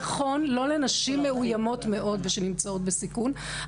נכון לא לנשים מאוימות מאוד ושנמצאות בסיכון,